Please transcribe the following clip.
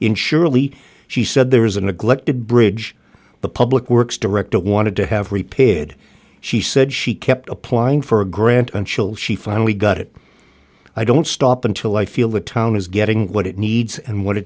in surely she said there is a neglected bridge the public works director wanted to have repaired she said she kept applying for a grant and chills she finally got it i don't stop until i feel the town is getting what it needs and what